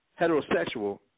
heterosexual